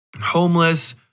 homeless